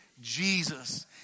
Jesus